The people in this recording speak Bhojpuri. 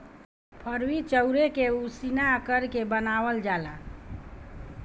फरुई चाउरे के उसिना करके बनावल जाला